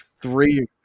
three